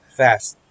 fast